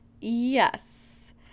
Yes